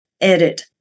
edit